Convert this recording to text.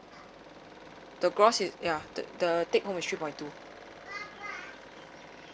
the gross is ya the the take home is three point two